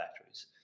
batteries